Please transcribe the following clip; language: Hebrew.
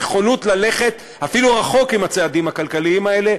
נכונות ללכת אפילו רחוק עם הצעדים הכלכליים האלה,